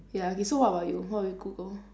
ya okay so what about you what will you google